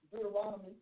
Deuteronomy